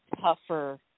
tougher